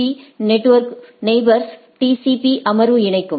பீ நெயிபோர்ஸ்களை டிசிபி அமர்வு இணைக்கும்